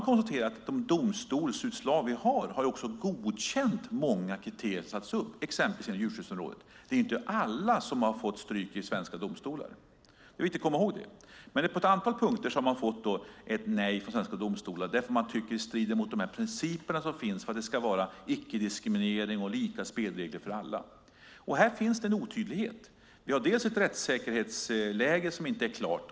De domstolsutslag som finns har också godkänt många kriterier, exempelvis inom djurskyddsområdet. Det är inte alla som har fått stryk i svenska domstolar. Det är viktigt att komma ihåg. På ett antal punkter har man fått nej från svenska domstolar därför att domstolarna tycker att de strider mot principerna som finns i fråga om icke-diskriminering och lika spelregler för alla. Här finns en otydlighet. Rättsläget är inte klart.